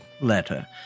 letter